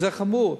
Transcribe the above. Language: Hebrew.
זה חמור.